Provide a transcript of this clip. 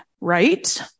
right